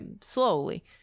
Slowly